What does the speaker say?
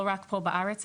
לא רק פה בארץ,